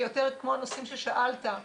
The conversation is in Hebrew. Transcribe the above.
כמו הנושאים ששאלת,